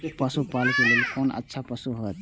पशु पालै के लेल कोन अच्छा पशु होयत?